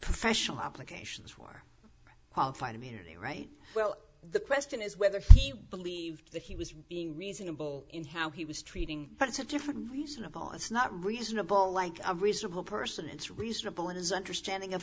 professional obligations for qualified immunity right well the question is whether he believed that he was being reasonable in how he was treating but it's a different reason a boss not reasonable like a reasonable person it's reasonable in his understanding of